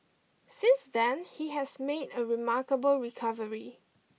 since then he has made a remarkable recovery